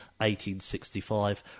1865